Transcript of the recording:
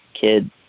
kid